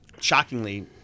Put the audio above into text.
shockingly